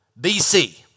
BC